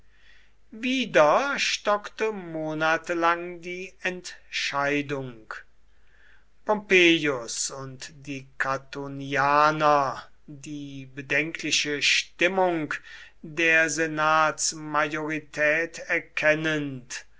wieder stockte monate lang die entscheidung pompeius und die catonianer die bedenkliche stimmung der senatsmajorität erkennend